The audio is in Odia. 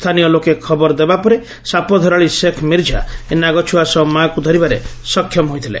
ସ୍ରାନୀୟ ଲୋକେ ଖବର ଦେବା ପରେ ସାପ ଧରାଳୀ ଶେକ୍ ମିର୍ଜା ଏହି ନାଗଛୁଆ ସହ ମାକୁ ଧରିବାରେ ସକ୍ଷମ ହୋଇଥୁଲେ